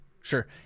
Sure